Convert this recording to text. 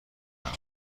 کنیم